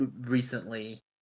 recently